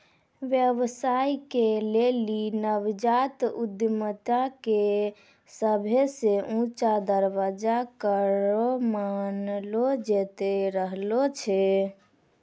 व्यवसाय के लेली नवजात उद्यमिता के सभे से ऊंचा दरजा करो मानलो जैतो रहलो छै